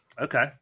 Okay